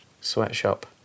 sweatshop